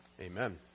Amen